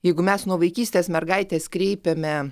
jeigu mes nuo vaikystės mergaitės kreipiame